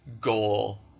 goal